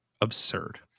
Absurd